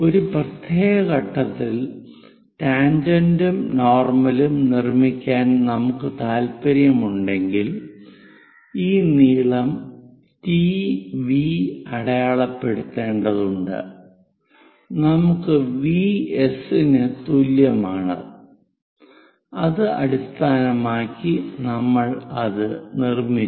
ഒരു പ്രത്യേക ഘട്ടത്തിൽ ടാൻജെന്റും നോർമലും നിർമ്മിക്കാൻ നമുക്ക് താൽപ്പര്യമുണ്ടെങ്കിൽ ഈ നീളം TV അളക്കേണ്ടതുണ്ട് അത് VS ന് തുല്യമാണ് അത് അടിസ്ഥാനമാക്കി നമ്മൾ അത് നിർമ്മിച്ചു